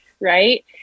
right